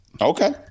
Okay